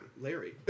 Larry